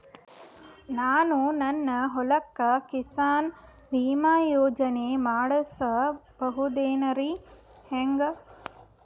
ನಾನು ನನ್ನ ಹೊಲಕ್ಕ ಕಿಸಾನ್ ಬೀಮಾ ಯೋಜನೆ ಮಾಡಸ ಬಹುದೇನರಿ ಹೆಂಗ?